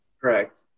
Correct